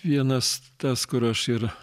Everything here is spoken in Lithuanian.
vienas tas kur aš ir